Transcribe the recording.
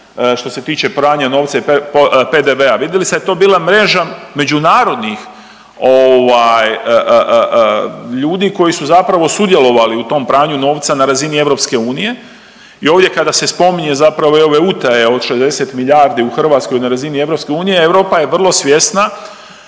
što se tiče pranja novca i PDV-a, vidjeli ste da je to bila mreža međunarodnih ovaj ljudi koji su zapravo sudjelovali u tom pranju novca na razini EU. I ovdje kada se spominje zapravo i ove utaje od 60 milijardi u Hrvatskoj na razini EU, Europa je vrlo svjesna